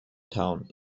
town